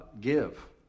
give